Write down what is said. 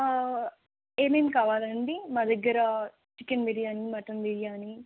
ఏమేమి కావాలండి మా దగ్గర చికెన్ బిర్యానీ మటన్ బిర్యానీ